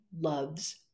loves